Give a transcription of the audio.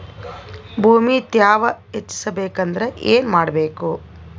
ಭೂಮಿ ತ್ಯಾವ ಹೆಚ್ಚೆಸಬೇಕಂದ್ರ ಏನು ಮಾಡ್ಬೇಕು?